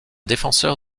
défenseur